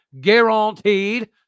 Guaranteed